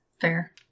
Fair